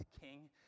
king